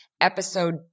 episode